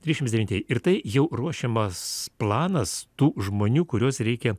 trisdešims devintieji ir tai jau ruošiamas planas tų žmonių kuriuos reikia